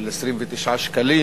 של 29 שקלים?